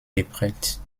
geprägt